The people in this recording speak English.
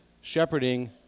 shepherding